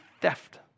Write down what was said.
theft